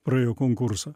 praėjo konkursą